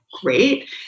great